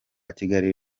kigali